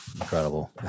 incredible